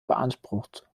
beansprucht